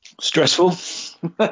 Stressful